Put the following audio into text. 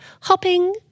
hopping